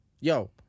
yo